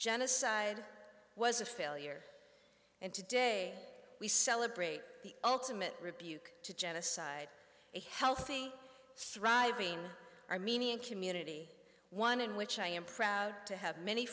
genocide was a failure and today we celebrate the ultimate rebuke to genocide a healthy thriving armenian community one in which i am proud to have many